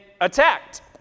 attacked